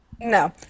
No